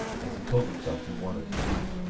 as he told himself he wanted to do.